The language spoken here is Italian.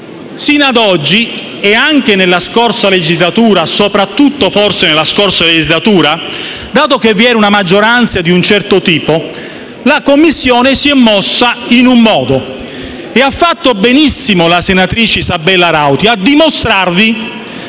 Sino ad oggi e soprattutto forse nella scorsa legislatura, dato che vi era una maggioranza di un certo tipo, la Commissione si è mossa in un certo modo e ha fatto benissimo la senatrice Isabella Rauti a dimostrarvi,